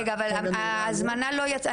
רגע, אבל ההזמנה לא יצאה אליכם?